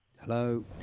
Hello